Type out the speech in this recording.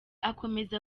akomeza